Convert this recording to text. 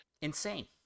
insane